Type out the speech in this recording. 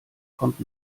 kommt